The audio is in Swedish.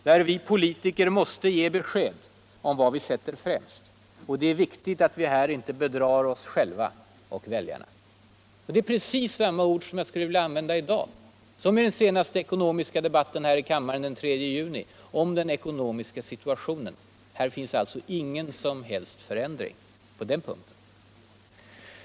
där vi politiker måste ge besked om vad vi sätter främst. Det är viktigt all vi här inte bedrar oss själva eller väljarna.” Jag skulle vilja använda precis samma ord i dag som i den senaste ekonomiska debauten här i kammaren den 3 juni om den ekonomiska situationen. På den punkten finns det alltså ingen som helst förändring.